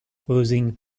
closing